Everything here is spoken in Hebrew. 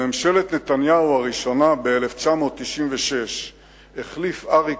בממשלת נתניהו הראשונה ב-1996 החליף אריק